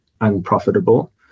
unprofitable